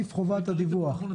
שלום לכולם.